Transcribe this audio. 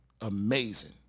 amazing